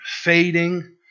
fading